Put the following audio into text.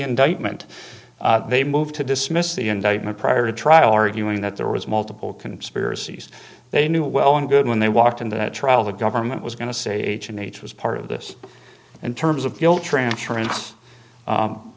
indictment they moved to dismiss the indictment prior to trial arguing that there was multiple conspiracies they knew well and good when they walked into that trial the government was going to say nature was part of this in terms of guilt transference